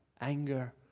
anger